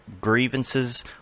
grievances